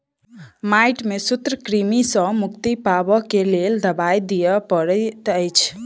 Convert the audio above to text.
माइट में सूत्रकृमि सॅ मुक्ति पाबअ के लेल दवाई दियअ पड़ैत अछि